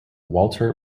walter